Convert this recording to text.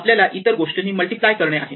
आपल्याला इतर गोष्टींनी मल्टिप्लाय करणे आहे